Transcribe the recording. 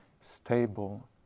stable